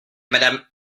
madame